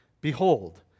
behold